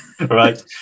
right